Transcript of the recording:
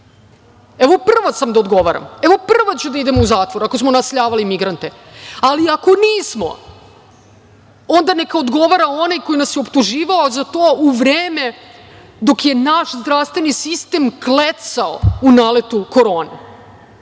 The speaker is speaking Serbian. Evo, prva sam da odgovaram. Evo, prva ću da idem u zatvor ako smo naseljavali migrante, ali, ako nismo onda neka odgovara onaj koji nas je optuživao za to u vreme dok je naš zdravstveni sistem klecao u naletu korone. To